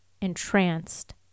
entranced